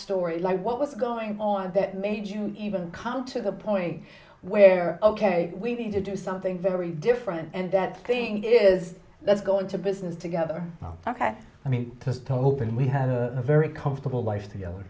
story like what was going on that made you even come to the point where ok we need to do something very different and that thing is let's go into business together well ok let me just hope and we have a very comfortable life together